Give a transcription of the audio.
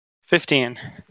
Fifteen